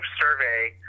survey